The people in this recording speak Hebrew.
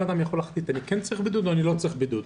אדם יכול להחליט אם הוא כן צריך בידוד או הוא לא צריך בידוד.